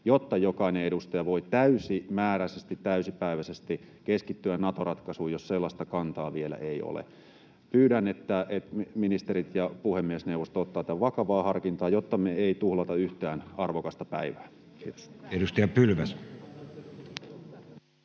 jotta jokainen edustaja voi täysimääräisesti, täysipäiväisesti keskittyä Nato-ratkaisuun, jos sellaista kantaa vielä ei ole. Pyydän, että ministerit ja puhemiesneuvosto ottavat tämän vakavaan harkintaan, jotta me ei tuhlata yhtään arvokasta päivää. [Speech 36] Speaker: